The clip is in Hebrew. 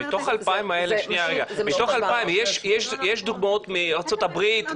מתוך ה-2,000 האלה יש דוגמאות מארצות הברית,